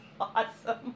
awesome